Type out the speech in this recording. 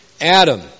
Adam